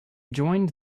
joined